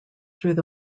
through